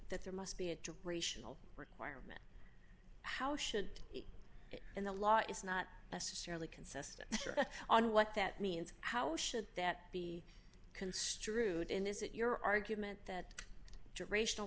that there must be a two racial requirement how should it and the law is not necessarily consistent on what that means how should that be construed and is it your argument that